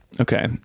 Okay